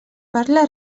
parla